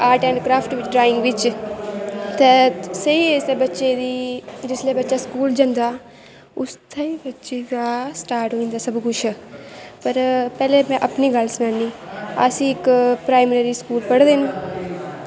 art and craft बिच्च drawing बिच्च ते स्हेई एज़ बच्चें दी जिसलै बच्चा स्कूल जंदा उत्थै गै बच्चे दा स्टार्ट होंदा सब कुछ पर पैह्लें में अपनी गल्ल सनान्नी अस इक प्राईमरी स्कूल पढ़े न